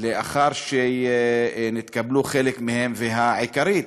לאחר שנתקבלו חלק מהן, והעיקרית,